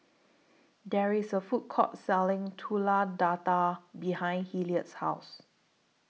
There IS A Food Court Selling Telur Dadah behind Hilliard's House